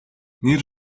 нэр